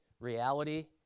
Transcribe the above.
Reality